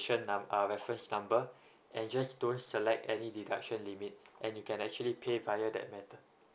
reference number and just don't select any deduction limit and you can actually pay via that matter